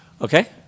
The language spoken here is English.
Okay